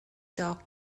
dock